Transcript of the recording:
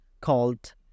called